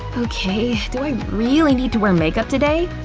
okay, do i really need to wear makeup today?